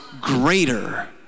greater